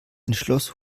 entschloss